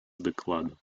доклада